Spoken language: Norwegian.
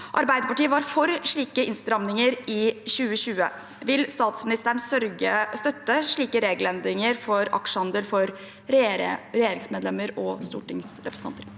Arbeiderpartiet var for slike innstramminger i 2020. Vil statsministeren støtte slike regelendringer for aksjehandel for regjeringsmedlemmer og stortingsrepresentanter?